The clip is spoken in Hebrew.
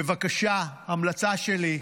בבקשה, ההמלצה שלי היא